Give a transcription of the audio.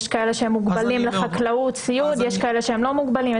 יש כאלה שהם מוגבלים לחקלאות וסיעוד ויש כאלה שהם לא מוגבלים.